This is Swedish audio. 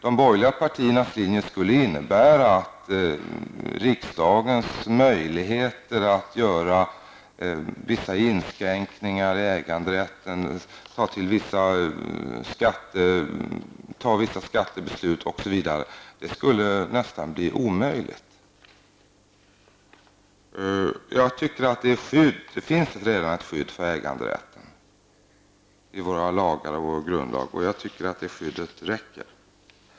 De borgerliga partiernas linje innebär att riksdagens möjligheter att göra vissa inskränkningar i äganderätten, att fatta vissa skattebeslut osv. skulle nästan försvinna. Det finns redan ett skydd för äganderätten i våra lagar och i vår grundlag, och jag tycker att det skyddet räcker.